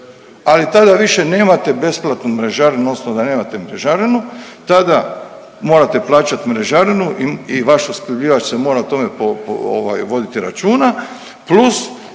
ali tada više nemate besplatnu mrežarinu, obzirom da nemate mrežarinu, tada morate plaćat mrežarinu i vaš opskrbljivač se mora tome ovaj voditi računa plus